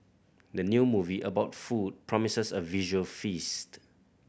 the new movie about food promises a visual feast